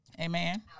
Amen